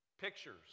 Pictures